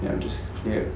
ya just cleared